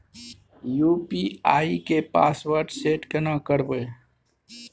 UPI के password set केना करबे?